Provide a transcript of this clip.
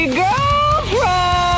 girlfriend